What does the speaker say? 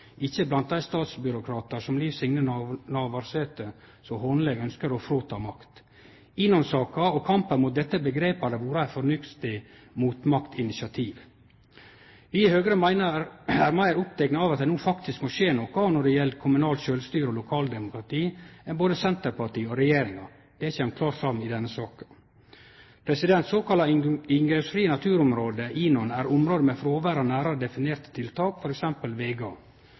ikkje blant dei statsbyråkratane Liv Signe Navarsete så hånleg ønskjer å ta makt frå. INON-saka og kampen mot dette omgrepet hadde vore eit fornuftig MOTMAKT-initiativ. Vi i Høgre er meir opptekne av at det no faktisk må skje noko når det gjeld kommunalt sjølvstyre og lokaldemokrati, enn både Senterpartiet og regjeringa. Det kjem klart fram i denne saka. Såkalla inngrepsfrie naturområde, INON, er område med fråver av nærare definerte tiltak, for eksempel vegar.